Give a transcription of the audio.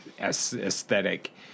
aesthetic